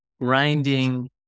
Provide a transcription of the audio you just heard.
grinding